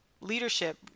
leadership